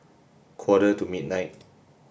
quarter to midnight